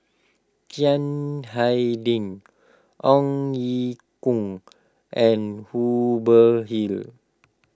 Chiang Hai Ding Ong Ye Kung and Hubert Hill